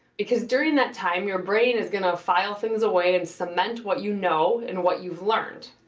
because, during that time your brain is gonna file things away and cement what you know and what you've learned.